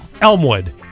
Elmwood